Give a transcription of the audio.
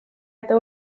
eta